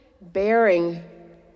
bearing